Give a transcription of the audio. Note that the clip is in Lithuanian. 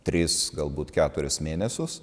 tris galbūt keturis mėnesius